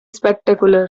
spectacular